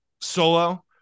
solo